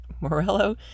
Morello